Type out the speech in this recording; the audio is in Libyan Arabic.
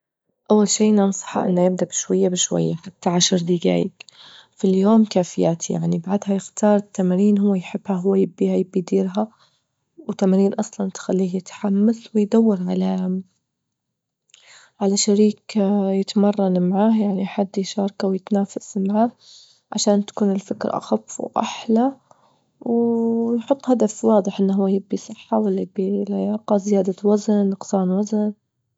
أول شي ننصحه إنه يبدأ بشوية بشوية حتى عشر دجايج في اليوم كافيات يعني، بعدها يختار التمارين هو يحبها، هو يبيها، يبي يديرها، وتمارين أصلا تخليه يتحمس ويدور على- على شريك يتمرن معاه، يعني حد يشاركه ويتنافس معاه عشان تكون الفكرة أخف وأحلى، ويحط هدف واضح إن هو يبي صحة ولا يبي لياقة، زيادة وزن، نقصان وزن.